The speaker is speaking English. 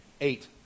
Eight